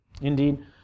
Indeed